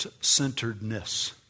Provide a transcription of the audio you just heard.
centeredness